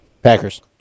Packers